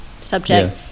subjects